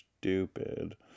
stupid